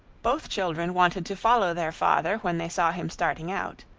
both children wanted to follow their father when they saw him starting out.